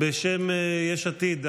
בשם יש עתיד,